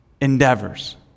endeavors